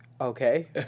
okay